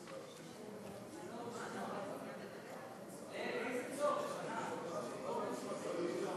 עד שלוש דקות לרשות גברתי.